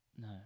no